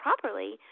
properly